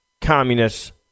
communist